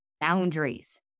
boundaries